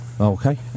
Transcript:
Okay